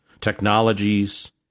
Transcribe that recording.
technologies